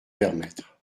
permettre